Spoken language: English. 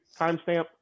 timestamp